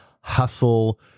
hustle